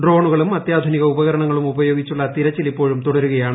ഡ്രോണുകളും അത്യാധുനിക ഉപകരണങ്ങളും ഉപയോഗിച്ചുള്ള തിരച്ചിൽ ഇപ്പോഴും തുടരുകയാണ്